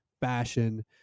fashion